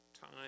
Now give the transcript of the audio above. Time